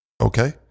Okay